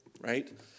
right